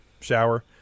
shower